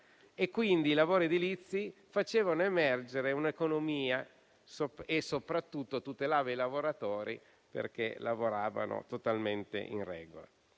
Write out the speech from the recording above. e quindi i lavori edilizi facevano emergere un'economia e soprattutto tutelavano i lavoratori, perché lavoravano totalmente in regola.